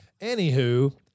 Anywho